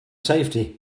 safety